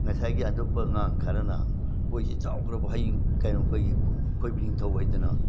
ꯉꯁꯥꯏꯒꯤ ꯑꯉꯥꯡ ꯈꯔꯅ ꯑꯩꯈꯣꯏꯒꯤ ꯆꯥꯎꯈ꯭ꯔꯕ ꯍꯩꯌꯤꯡ ꯀꯩꯅꯣ ꯑꯩꯈꯣꯏꯒꯤ ꯈꯣꯏꯕꯤ ꯅꯤꯡꯊꯧ ꯍꯥꯏꯗꯅ